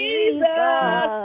Jesus